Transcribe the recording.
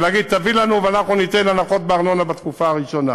ולהגיד: תביא לנו ואנחנו ניתן הנחות בארנונה בתקופה הראשונה?